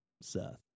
Seth